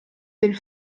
del